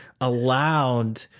allowed